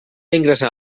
ingressar